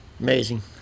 amazing